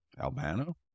Albano